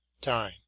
time